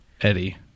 Eddie